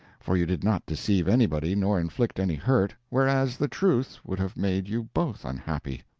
for you did not deceive anybody nor inflict any hurt, whereas the truth would have made you both unhappy.